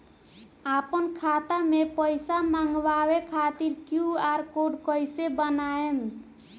आपन खाता मे पईसा मँगवावे खातिर क्यू.आर कोड कईसे बनाएम?